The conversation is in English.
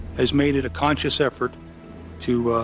has made it a conscious effort to,